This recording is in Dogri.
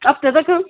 हफ्ते तगर